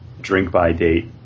drink-by-date